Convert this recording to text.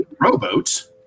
rowboat